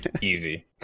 Easy